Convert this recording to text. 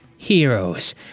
Heroes